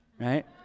right